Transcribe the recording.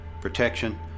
protection